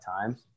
times